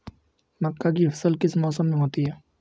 मक्का की फसल किस मौसम में होती है?